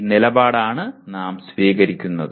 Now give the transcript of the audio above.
ഈ നിലപാടാണ് നാം സ്വീകരിക്കുന്നത്